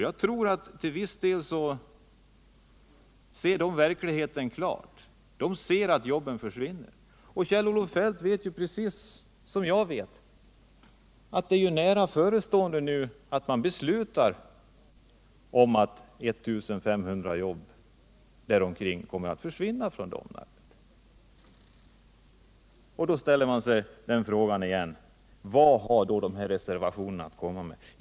Jag tror att de anställda här ser verkligheten klart, de ser att jobben försvinner. Kjell-Olof Feldt vet lika väl som jag att ett beslut nu är nära förestående som medför att omkring 1 500 jobb kommer att försvinna från Domnarvet. Då ställer man sig åter frågan: Vad har dessa reservationer att komma med?